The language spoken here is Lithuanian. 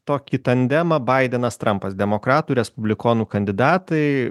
tokį tandemą baidenas trampas demokratų respublikonų kandidatai